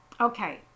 okay